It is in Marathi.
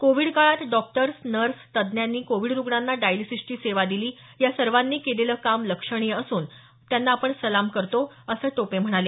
कोविड काळात डॉक्टर्स नर्स तंत्रज्ञांनी कोविड रुग्णांना डायलिसीसची सेवा दिली या सर्वांनी केलेलं काम लक्षणीय असून त्यांना आपण सलाम करतो असं टोपे म्हणाले